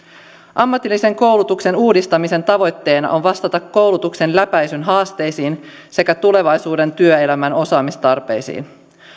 ammatillisen koulutuksen uudistamisen tavoitteena on vastata koulutuksen läpäisyn haasteisiin sekä tulevaisuuden työelämän osaamistarpeisiin